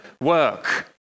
work